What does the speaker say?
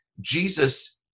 Jesus